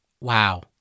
wow